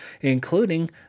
including